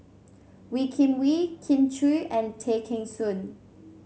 Wee Kim Wee Kin Chui and Tay Kheng Soon